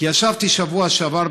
כי ישבתי בשבוע שעבר,